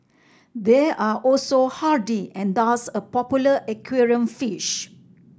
they are also hardy and thus a popular aquarium fish